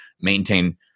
maintain